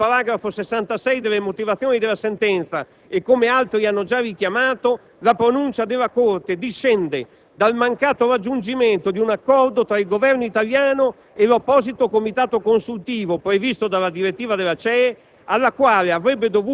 Come si evince dal paragrafo 66 delle motivazioni della sentenza e come altri hanno già richiamato, la pronuncia della Corte discende dal mancato raggiungimento di un accordo tra il Governo italiano e l'apposito comitato consultivo, previsto dalla direttiva della CEE,